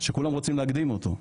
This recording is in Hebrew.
שכולם רוצים להקדים אותו.